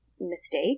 mistake